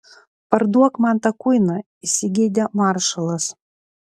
parduok man tą kuiną įsigeidė maršalas